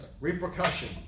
Repercussion